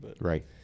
Right